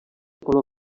color